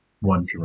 one